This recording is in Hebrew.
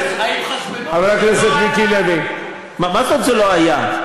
מה זאת אומרת "זה לא היה"?